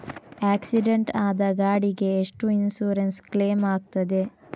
Accident ಆದ ಗಾಡಿಗೆ ಎಷ್ಟು ಇನ್ಸೂರೆನ್ಸ್ ಕ್ಲೇಮ್ ಆಗ್ತದೆ?